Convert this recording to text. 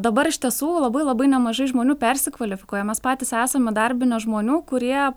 dabar iš tiesų labai labai nemažai žmonių persikvalifikuoja mes patys esam įdarbinęs žmonių kurie